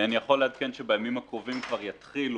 אני יכול לעדכן שבימים הקרובים יתחילו